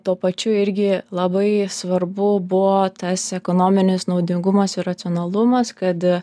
tuo pačiu irgi labai svarbu buvo tas ekonominis naudingumas ir racionalumas kad